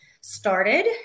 started